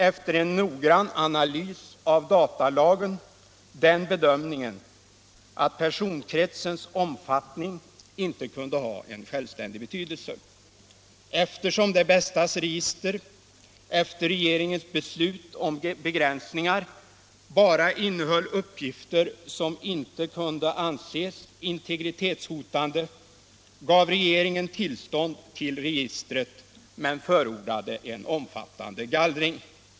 Efter en noggrann analys av datalagen gjorde regeringen den bedömningen att personkretsens omfattning inte kunde ha självständig betydelse. Eftersom Det Bästas register efter regeringens beslut om begränsningar bara innehöll uppgifter som inte kunde anses integritetshotande, gav regeringen tillstånd till registret men förordade en omfattande gallring.